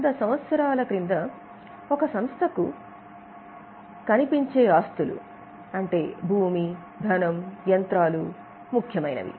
100 సంవత్సరాల ముందు ఒక సంస్థకు కనిపించే ఆస్తులు ముఖ్యమైనవి